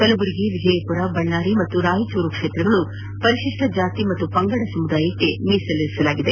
ಕಲಬುರಗಿ ವಿಜಯಪುರ ಬಳ್ಮಾರಿ ಮತ್ತು ರಾಯಚೂರು ಕ್ಷೇತ್ರಗಳು ಪರಿಶಿಷ್ಟ ಜಾತಿ ಹಾಗೂ ಪಂಗಡ ಸಮುದಾಯಕ್ಕೆ ಮೀಸಲಿರಿಸಲಾಗಿದೆ